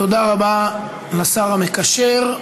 תודה רבה לשר המקשר.